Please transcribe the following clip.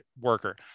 worker